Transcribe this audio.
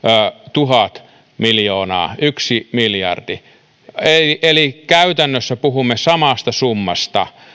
tuhat miljoonaa yksi miljardi eli käytännössä puhumme samasta summasta